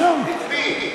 את מי?